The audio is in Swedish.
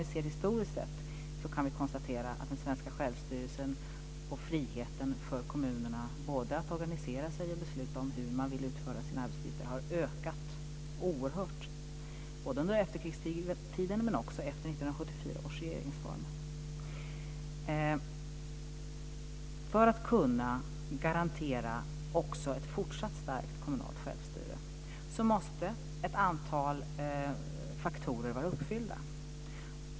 Också historiskt sett kan vi konstatera att den svenska självstyrelsen och friheten för kommunerna både att organisera sig och att besluta om hur man vill utföra sina arbetsuppgifter har ökat oerhört, under efterkrigstiden men också efter För att kunna garantera också ett fortsatt starkt kommunalt självstyre måste ett antal faktorer vara uppfyllda.